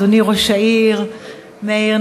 אדוני ראש העיר מאיר,